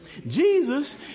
Jesus